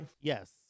Yes